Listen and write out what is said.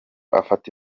afata